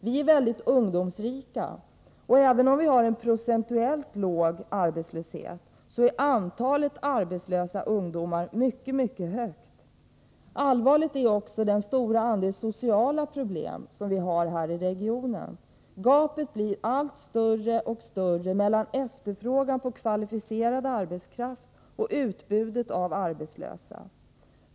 Det är en ungdomsrik region, och även om vi har en procentuellt låg arbetslöshet är antalet arbetslösa ungdomar mycket högt. Allvarlig är också den stora andelen sociala problem vi har i regionen. Gapet blir allt större mellan efterfågan på kvalificerad arbetskraft och utbudet av arbetslösa.